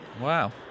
Wow